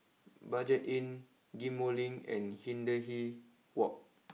Budget Inn Ghim Moh Link and Hindhede walk